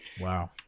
Wow